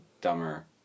Dumber